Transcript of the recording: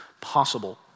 possible